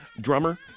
Drummer